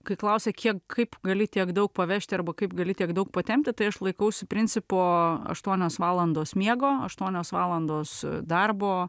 kai klausia kiek kaip gali tiek daug pavežti arba kaip gali tiek daug patempti tai aš laikausi principo aštuonios valandos miego aštuonios valandos darbo